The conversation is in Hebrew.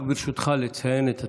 רק ברשותך, לציין את התלמידים,